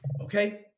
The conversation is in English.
Okay